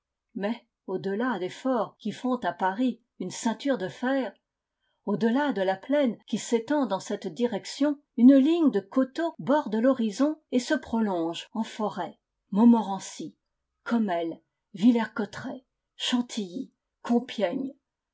mais au delà des forts qui font à paris une ceinture de fer au delà de la plaine qui s'étend dans cette direction une ligne de coteaux borde l'horizon et se prolonge en forêts montmorency comelles villers cotterets chantilly compiègne